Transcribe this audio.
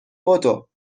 بدو